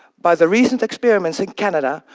by the recent experiments in canada,